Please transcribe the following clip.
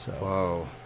whoa